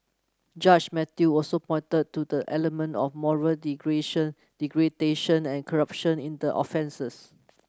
Judge Mathew also pointed to the element of moral degradation and corruption in the offences